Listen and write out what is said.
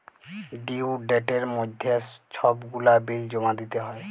due ডেটের মইধ্যে ছব গুলা বিল জমা দিতে হ্যয়